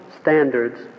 standards